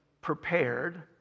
prepared